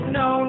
no